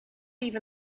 even